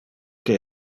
que